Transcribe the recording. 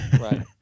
Right